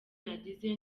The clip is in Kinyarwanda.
nagize